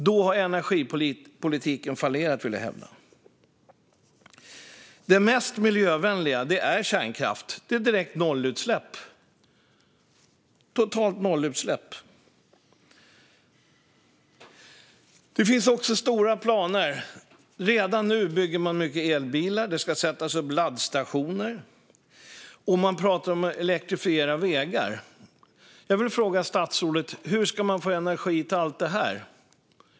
Då har energipolitiken fallerat, vill jag hävda. Det mest miljövänliga är kärnkraft, med totalt nollutsläpp. Det finns också stora planer. Redan nu byggs mycket elbilar, det ska sättas upp laddstationer och man pratar om att elektrifiera vägar. Jag vill fråga statsrådet hur man ska få energi till allt det.